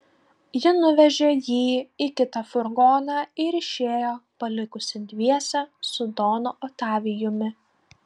ji nuvežė jį į kitą furgoną ir išėjo palikusi dviese su donu otavijumi